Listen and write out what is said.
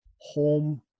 home